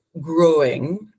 growing